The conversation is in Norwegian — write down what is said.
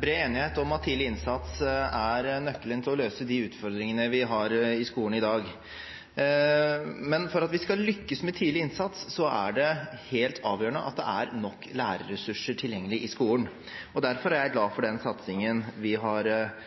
bred enighet om at tidlig innsats er nøkkelen til å løse de utfordringene vi har i skolen i dag. Men for at vi skal lykkes med tidlig innsats, er det helt avgjørende at det er nok lærerressurser tilgjengelig i skolen. Derfor er jeg glad for